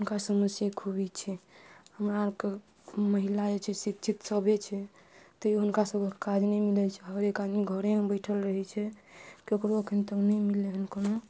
हुनका समस्ये खूबी छै हमरा आरके महिला जे छै शिक्षित सभे छै तैयो हुनका सबके काज नहि मिलै छै हरेक आदमी घरेमे बैसल रहै छै केकरो अखै तऽ नहि मिलै हन कोनो